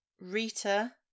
Rita